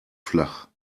flach